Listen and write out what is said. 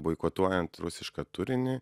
boikotuojant rusišką turinį